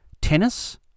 tennis